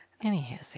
Anyhow